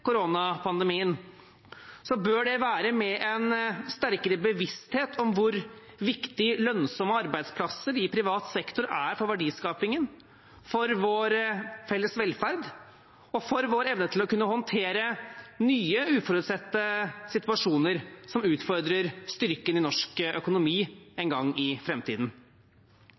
koronapandemien, så bør det være med en sterkere bevissthet om hvor viktig lønnsomme arbeidsplasser i privat sektor er for verdiskapingen, for vår felles velferd og for vår evne til å kunne håndtere nye, uforutsette situasjoner som utfordrer styrken i norsk økonomi – en gang i